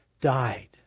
died